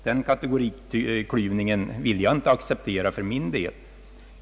Den kategoriklyvningen vill jag inte ansluta mig till.